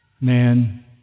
man